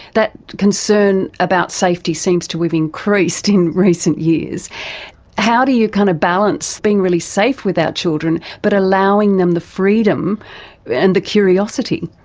that concern about safety seems to have increased in recent years how do you kind of balance being really safe with our children but allowing them the freedom and the curiosity?